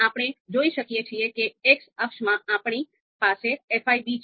આપણે જોઈ શકીએ છીએ કે X અક્ષમાં આપણી પાસે fi છે